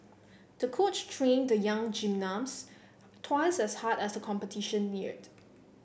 the coach trained the young gymnast twice as hard as the competition neared